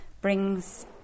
brings